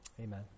Amen